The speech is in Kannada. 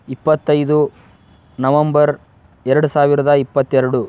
ಇಪ್ಪತ್ತೈದು ನವಂಬರ್ ಎರಡು ಸಾವಿರದ ಇಪ್ಪತ್ತೆರಡು